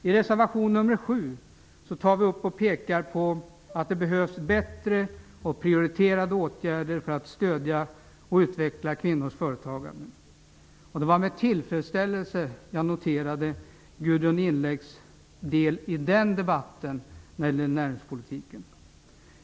I reservation nr 7 pekar vi på att det behövs bättre och prioriterade åtgärder för att stödja och utveckla kvinnors företagande. Det var med tillfredsställelse som jag noterade Gudrun Norbergs inlägg i den delen av debatten om näringspolitiken.